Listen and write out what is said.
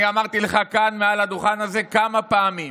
אני אמרתי לך כאן מעל הדוכן הזה כמה פעמים,